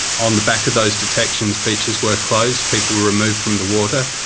on the back of those detections beaches were closed, people were removed from the water,